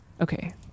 okay